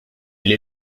elle